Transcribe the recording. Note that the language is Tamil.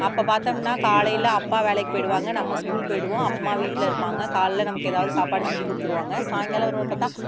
அப்போ பார்த்தோம்னா காலையில் அப்பா வேலைக்கு போயிடுவாங்க நம்ம ஸ்கூல் போய்விடுவோம் அம்மா வீட்டில் இருப்பாங்க காலைல நமக்கு ஏதாவது சாப்பாடு செஞ்சு கொடுத்துடுவாங்க சாயங்காலம் வருவாங்க பார்த்தா